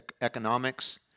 economics